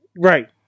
right